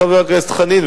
חבר הכנסת חנין,